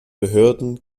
behörden